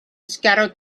scattered